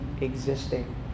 existing